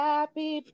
Happy